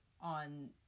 on